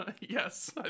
Yes